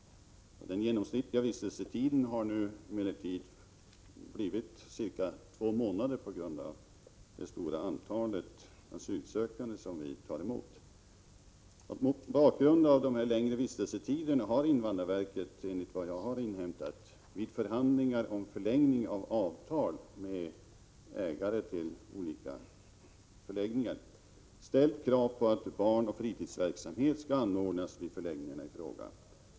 Den genomsnittliga vistelsetiden har nu blivit cirka två månader, på grund av det stora antalet asylsökande som vi tar emot. Mot bakgrund av de längre vistelsetiderna har invandrarverket vid förhandlingar om förlängning av avtal med ägare till olika förläggningar ställt kravet att barnoch fritidsverksamhet skall anordnas vid förläggningarna i fråga.